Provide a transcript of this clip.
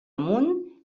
amunt